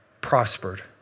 prospered